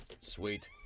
Sweet